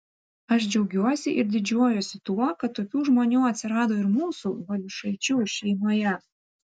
aš džiaugiuosi ir didžiuojuosi tuo kad tokių žmonių atsirado ir mūsų valiušaičių šeimoje